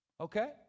okay